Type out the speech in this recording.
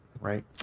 right